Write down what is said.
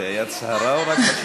זו הייתה הצהרה או רק חשיבה?